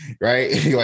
right